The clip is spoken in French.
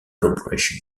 corporation